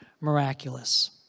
miraculous